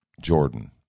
Jordan